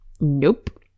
nope